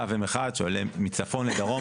קו אחד שעולה מצפון לדרום,